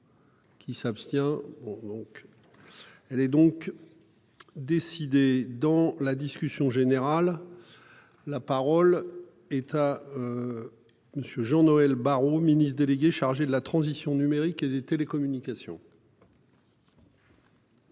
Qui s'abstient. Bon donc. Elle est donc. Décidée. Dans la discussion générale. La parole est à. Monsieur Jean-Noël Barrot, ministre délégué chargé de la transition numérique et des télécommunications.